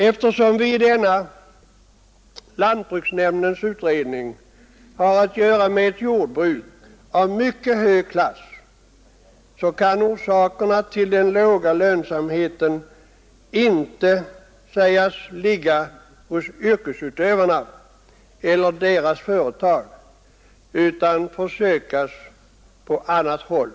Eftersom vi i lantbruksnämndens utredning har att göra med ett jordbruk av mycket hög klass kan orsakerna till den låga lönsamheten inte sägas ligga hos yrkesutövarna eller deras företag, utan de får sökas på annat håll.